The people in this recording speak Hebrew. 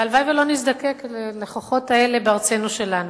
והלוואי שלא נזדקק לכוחות האלה בארצנו שלנו.